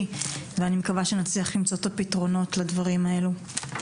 ואני מקווה שנצליח למצוא את הפתרונות לדברים האלו.